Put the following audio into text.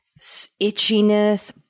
itchiness